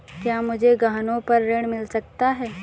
क्या मुझे गहनों पर ऋण मिल सकता है?